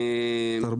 אנחנו לא